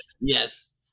Yes